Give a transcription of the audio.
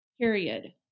Period